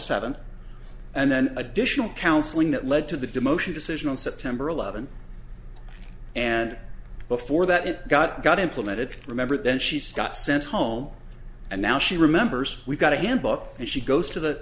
seventh and then additional counseling that led to the demotion decisional september eleventh and before that it got got implemented remember then she's got sent home and now she remembers we got a handbook and she goes to the